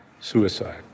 suicide